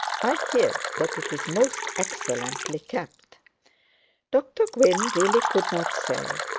i hear that it is most excellently kept dr gwynne really could not say.